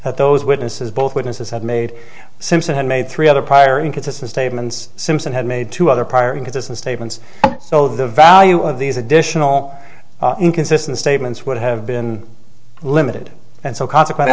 that those witnesses both witnesses had made simpson had made three other prior inconsistent statements simpson had made two other prior inconsistent statements so the value of these additional inconsistent statements would have been limited and so consequently